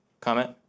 Comment